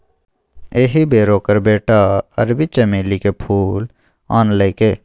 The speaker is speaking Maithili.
एहि बेर ओकर बेटा अरबी चमेलीक फूल आनलकै